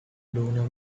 lunar